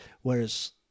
Whereas